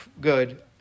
good